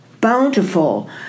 bountiful